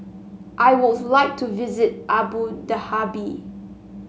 I would like to visit Abu Dhabi